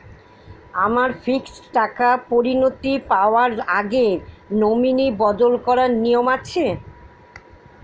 আমার ফিক্সড টাকা পরিনতি পাওয়ার আগে নমিনি বদল করার নিয়ম আছে?